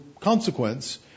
consequence